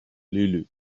lulu